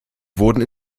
wurden